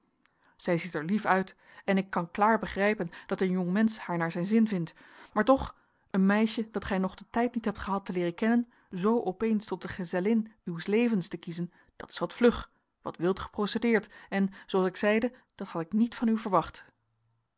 zij ziet er lief uit en ik kan klaar begrijpen dat een jongmensch haar naar zijn zin vindt maar toch een meisje dat gij nog den tijd niet hebt gehad te leeren kennen zoo opeens tot de gezellin uws levens te kiezen dat is wat vlug wat wild geprocedeerd en zooals ik zeide dat had ik niet van u verwacht